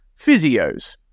physios